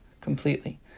completely